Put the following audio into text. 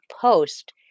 post